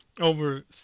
over